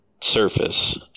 surface